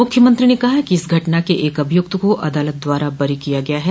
मुख्यमंत्री ने कहा कि इस घटना के एक अभियुक्त को अदालत द्वारा बरी किया गया है